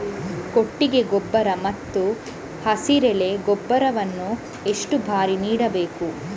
ಕೊಟ್ಟಿಗೆ ಗೊಬ್ಬರ ಮತ್ತು ಹಸಿರೆಲೆ ಗೊಬ್ಬರವನ್ನು ಎಷ್ಟು ಬಾರಿ ನೀಡಬೇಕು?